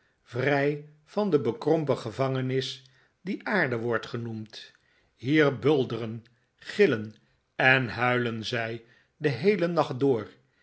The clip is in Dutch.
vrij van de bekrompen gevangenis die aarde wordt genoemd hier bulderen gillen en huilen zij den heelen nacht door